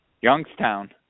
Youngstown